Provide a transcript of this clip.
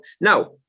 Now